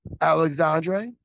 Alexandre